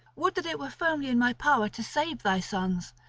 would that it were firmly in my power to save thy sons!